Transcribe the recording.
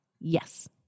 Yes